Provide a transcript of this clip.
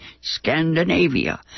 Scandinavia